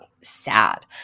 sad